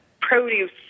produce